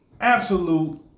absolute